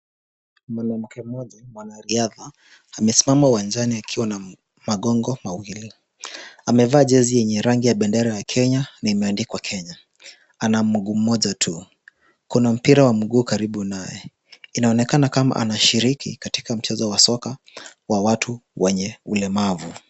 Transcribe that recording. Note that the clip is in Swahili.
Mwanamke mmoja mwanariadha amesimama uwanjani akiwa na magongo mawili. Amevaa jezi yenye rangi ya bendera ya Kenya na imeandikwa Kenya. Ana mguu mmoja tu, kuna mpira wa mguu karibu naye, inaonekana kama anashiriki katika mchezo wa soka wa watu wenye ulemavu.